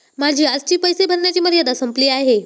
माझी आजची पैसे भरण्याची मर्यादा संपली आहे